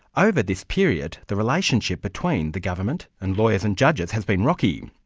over this period, the relationship between the government and lawyers and judges, has been rocky.